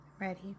ready